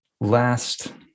last